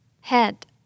Head